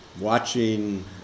watching